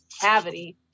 cavity